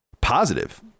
positive